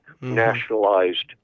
nationalized